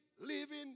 living